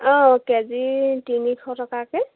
অঁ কেজি তিনিশ টকাকৈ